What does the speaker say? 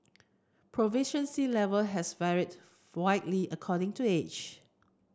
proficiency level has varied widely according to age